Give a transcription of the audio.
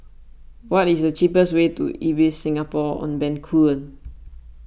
what is the cheapest way to Ibis Singapore on Bencoolen